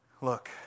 look